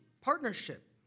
partnership